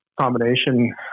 combination